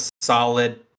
solid